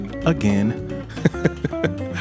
again